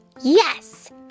Yes